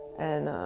and